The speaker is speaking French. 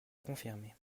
confirmer